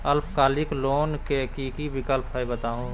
अल्पकालिक लोन के कि कि विक्लप हई बताहु हो?